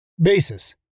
basis